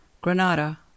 Granada